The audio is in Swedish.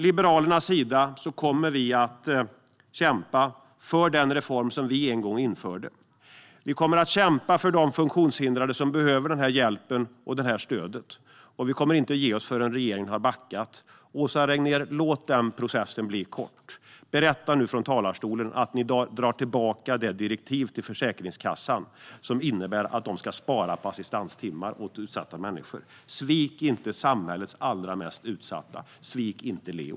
Liberalerna kommer att kämpa för den reform som vi en gång införde. Vi kommer att kämpa för de funktionshindrade som behöver hjälp och stöd, och vi kommer inte att ge oss förrän regeringen har backat. Låt den processen bli kort, Åsa Regnér, och berätta nu från talarstolen att ni i dag drar tillbaka det direktiv till Försäkringskassan som innebär att de ska spara in på assistanstimmar för utsatta människor! Svik inte samhällets allra mest utsatta! Svik inte Leo!